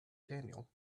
daniel